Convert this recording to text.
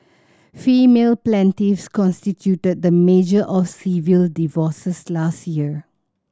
female plaintiffs constituted the majority of civil divorces last year